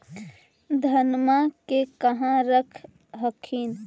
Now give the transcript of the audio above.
धनमा के कहा रख हखिन?